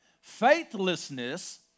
faithlessness